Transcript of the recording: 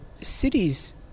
cities